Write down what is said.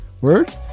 Word